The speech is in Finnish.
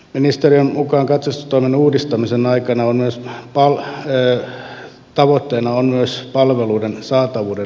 ministeriön mukaan katsastustoiminnan uudistamisen tavoitteena on myös palveluiden saatavuuden lisääminen